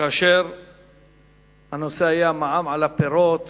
בנושא המע"מ על הפירות